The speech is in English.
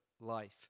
life